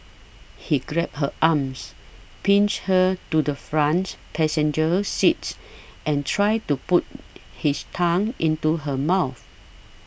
he grabbed her arms pinch her to the front passenger seat and tried to put his tongue into her mouth